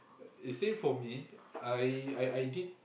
is same for me I I I did